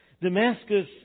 Damascus